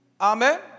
Amen